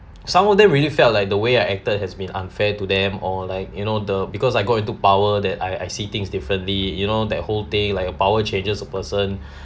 some of them really felt like the way I acted has been unfair to them or like you know the because I got into power that I I see things differently you know that whole thing like a power changes a person